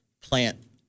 plant